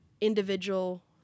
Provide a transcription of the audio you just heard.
individual